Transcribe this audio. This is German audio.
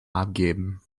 abgeben